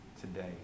today